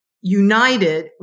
united